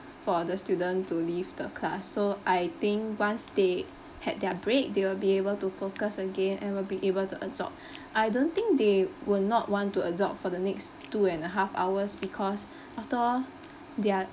for the student to leave the class so I think once they had their break they will be able to focus again and will be able to absorb I don't think they will not want to absorb for the next two and a half hours because after all they're